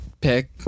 pick